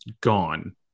gone